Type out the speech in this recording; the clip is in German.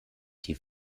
die